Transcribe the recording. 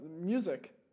music